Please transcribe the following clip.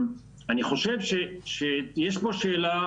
אני חושב שיש פה שאלה